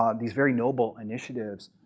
um these very noble initiatives,